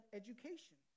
education